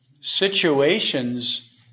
situations